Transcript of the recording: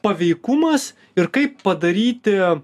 paveikumas ir kaip padaryti